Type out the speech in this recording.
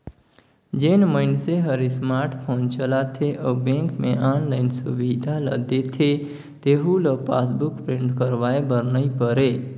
जेन मइनसे हर स्मार्ट फोन चलाथे अउ बेंक मे आनलाईन सुबिधा ल देथे तेहू ल पासबुक प्रिंट करवाये बर नई परे